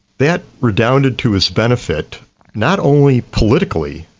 that redounded to his benefit not only politically,